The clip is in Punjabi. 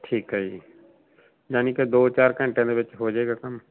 ਠੀਕ ਹੈ ਜੀ ਯਾਨੀ ਕਿ ਦੋ ਚਾਰ ਘੰਟਿਆਂ ਦੇ ਵਿੱਚ ਹੋ ਜਾਏਗਾ ਕੰਮ